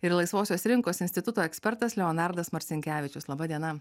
ir laisvosios rinkos instituto ekspertas leonardas marcinkevičius laba diena